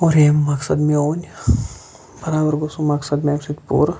اور یمہ مَقصد مےٚ اوٚن یہِ بَرابَر گوٚو سُہ مَقصَد مےٚ امہ سۭتۍ پورٕ